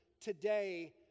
today